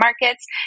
Markets